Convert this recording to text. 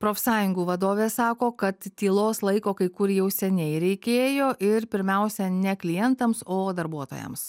profsąjungų vadovė sako kad tylos laiko kai kur jau seniai reikėjo ir pirmiausia ne klientams o darbuotojams